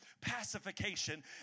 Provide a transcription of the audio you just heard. pacification